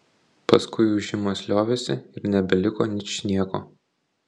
paskui ūžimas liovėsi ir nebeliko ničnieko